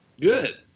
Good